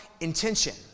intention